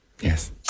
Yes